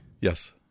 Yes